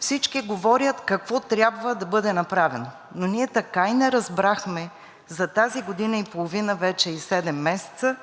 всички говорят какво трябва да бъде направено. Но ние така и не разбрахме за тази година и половина, вече и седем месеца,